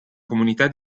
comunità